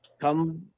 Come